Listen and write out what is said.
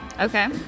Okay